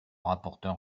rapporteur